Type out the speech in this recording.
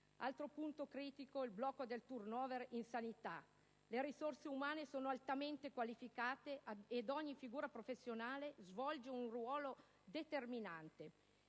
altro punto critico riguarda il blocco del *turnover* nel settore della sanità. Le risorse umane sono altamente qualificate ed ogni figura professionale svolge un ruolo determinante.